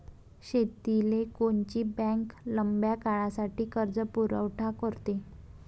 शेतीले कोनची बँक लंब्या काळासाठी कर्जपुरवठा करते?